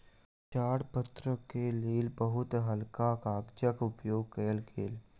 प्रचार पत्र के लेल बहुत हल्का कागजक उपयोग कयल गेल